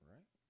Right